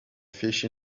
fish